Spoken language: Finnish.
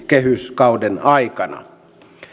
kehyskauden aikana